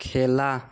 খেলা